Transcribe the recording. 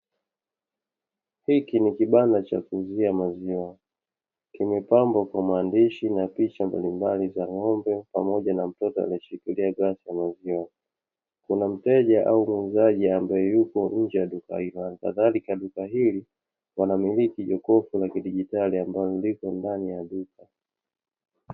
Hiki ni kibanda cha kuuzia maziwa, kimepambwa kwa maandishi na picha mbalimbali za ng’ombe pamoja na mtoto anayeshikilia glasi ya maziwa. Kuna mteja au muuzaji ambaye yuko nje ya duka la hilo, halikadhalika duka hili wanamiliki jokofu la kidijitali ambalo lipo ndani ya duka.